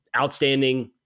outstanding